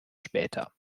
später